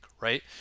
right